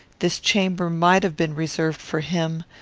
this chamber might have been reserved for him,